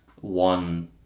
one